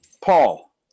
Paul